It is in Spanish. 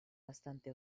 bastante